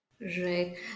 Right